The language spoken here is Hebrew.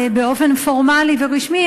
באופן פורמלי ורשמי,